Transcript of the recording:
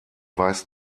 weiß